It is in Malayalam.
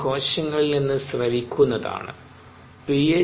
അത് കോശങ്ങളിൽ നിന്ന് സ്രവിക്കുന്നതാണ് പി